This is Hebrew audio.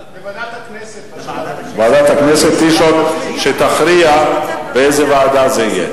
ועדת הכנסת היא זאת שתכריע באיזו ועדה זה יהיה.